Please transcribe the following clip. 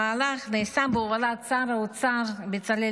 המהלך נעשה בהובלת שר האוצר בצלאל